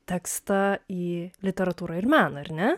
tekstą į literatūrą ir meną ar ne